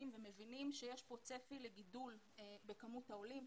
ומבינים שיש כאן צפי לגידול בכמות העולים.